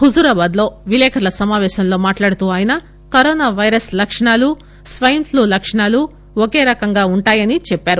హుజూరాబాద్ లో విలేకర్ల సమాపేశంలో మాట్లాడుతూ ఆయన కరోనా పైరస్ లక్షణాలు స్ప్రెన్ప్నూ లక్షణాలు ఒకే రకంగా వుంటాయని చెప్పారు